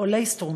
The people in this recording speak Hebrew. עולי "סטרומה",